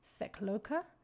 Sekloka